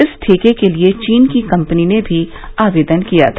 इस ठेके के लिए चीन की कंपनी ने भी आवेदन किया था